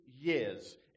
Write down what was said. years